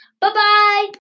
Bye-bye